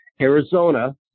Arizona